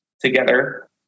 together